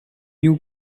you